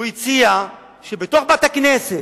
זה שבתוך בית-הכנסת,